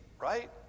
right